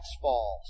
falls